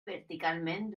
verticalment